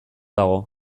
dago